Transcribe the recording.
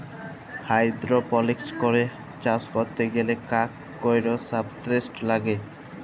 hydroponics করে চাষ ক্যরতে গ্যালে কাক কৈর সাবস্ট্রেট লাগে